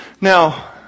Now